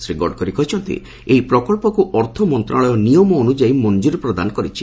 ଶ୍ରୀ ଗଡ଼କରୀ କହିଛନ୍ତି ଏହି ପ୍ରକଳ୍ପକୁ ଅର୍ଥ ମନ୍ତ୍ରଣାଳୟ ନିୟମ ଅନୁଯାୟୀ ମଞ୍ଜୁରି ପ୍ରଦାନ କରିଛି